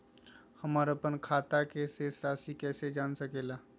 हमर अपन खाता के शेष रासि कैसे जान सके ला?